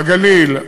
בגליל,